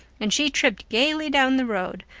and she tripped gaily down the road,